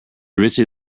ritzy